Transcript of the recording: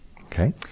Okay